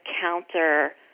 counter